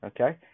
okay